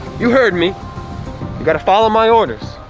you heard me you got to follow my orders.